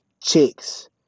chicks